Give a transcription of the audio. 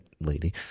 lady